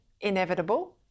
inevitable